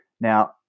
Now